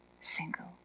single